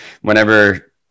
whenever